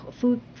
food